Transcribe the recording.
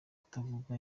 atavuga